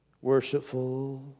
worshipful